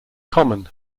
common